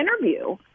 interview